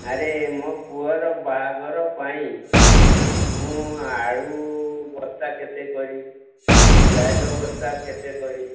ଆରେ ମୋ ପୁଅର ବାହାଘର ପାଇଁ ମୁଁ ଆଳୁ ବସ୍ତା କେତେ କରିମି ପିଆଜ ବସ୍ତା କେତେ କରିମି